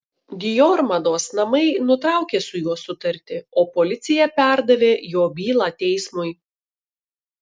dior mados namai nutraukė su juo sutartį o policija perdavė jo bylą teismui